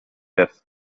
cliff